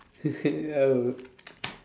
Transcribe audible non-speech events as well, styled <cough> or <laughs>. <laughs> no